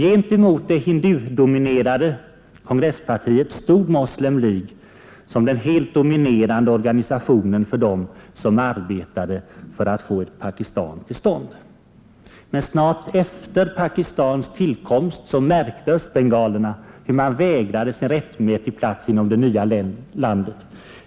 Gentemot det hindudominerade kongresspartiet stod Moslem League som den helt dominerande organisationen för dem som arbetade för att få ett Pakistan till stånd. Men snart efter Pakistans tillkomst märkte östbengalerna hur de vägrades en rättmätig plats inom det nya landet.